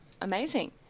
Amazing